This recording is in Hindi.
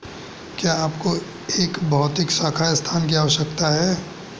क्या आपको एक भौतिक शाखा स्थान की आवश्यकता है?